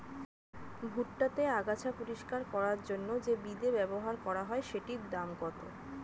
ভুট্টা তে আগাছা পরিষ্কার করার জন্য তে যে বিদে ব্যবহার করা হয় সেটির দাম কত?